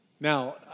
Now